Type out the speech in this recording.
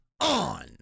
on